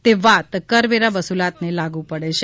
તે વાત કરવેરા વસુલાતને લાગુ પડે છે